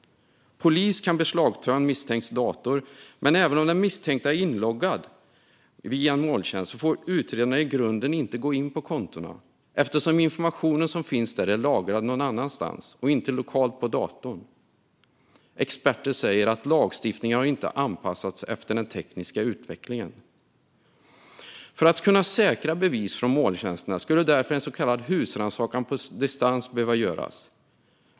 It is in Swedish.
Polis kan beslagta en misstänkts dator. Men även om den misstänkte är inloggad via en molntjänst får utredarna i grunden inte gå in på kontona, eftersom informationen som finns där är lagrad någon annanstans och inte lokalt på datorn. Experter säger att lagstiftningen inte har anpassats efter den tekniska utvecklingen. För att säkra bevis från molntjänsterna skulle därför en så kallad husrannsakan på distans behöva göras.